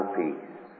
peace